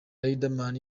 riderman